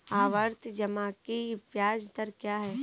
आवर्ती जमा की ब्याज दर क्या है?